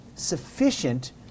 sufficient